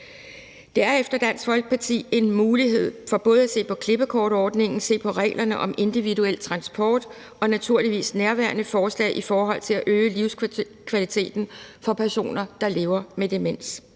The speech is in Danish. Det er for Dansk Folkeparti en mulighed både at se på klippekortordningen, se på reglerne om individuel transport og naturligvis nærværende forslag i forhold til at øge livskvaliteten for personer, der lever med demens.